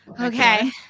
Okay